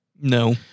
No